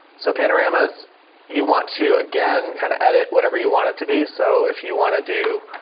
so panoramas you want to again, kind of edit whatever you want it to be. so if you want to do,